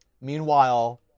Meanwhile